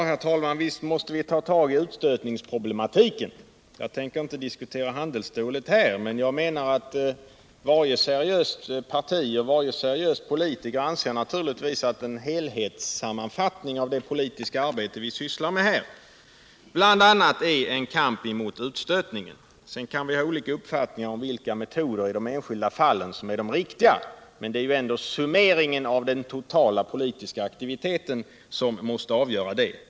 Herr talman! Ja, visst måste vi ta tag i utstötningsproblematiken. Jag tänker inte diskutera handelsstålet här. Jag menar att varje seriöst parti och varje seriös politiker naturligtvis anser, att en helhetssammanfattning av det politiska arbete vi här sysslar med bl.a. innefattar en kamp mot utstötningen. Sedan kan vi ha olika uppfattningar om vilka metoder som i de enskilda fallen är de riktiga. Det är ju ändå summeringen av den totala politiska aktiviteten som måste avgöra det.